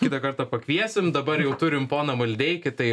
kitą kartą pakviesim dabar jau turim poną maldeikį tai